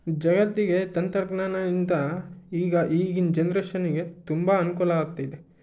ಜಗತ್ತಿಗೆ ತಂತ್ರಜ್ಞಾನ ಇಂಥ ಈಗ ಈಗಿನ ಜನ್ರೇಶನ್ಗೆ ತುಂಬ ಅನುಕೂಲ ಆಗ್ತಿದೆ